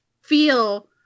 feel